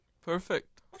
Perfect